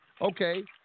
Okay